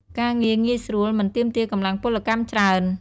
ការងារងាយស្រួល មិនទាមទារកម្លាំងពលកម្មច្រើន។